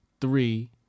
three